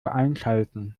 einschalten